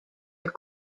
are